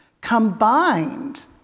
combined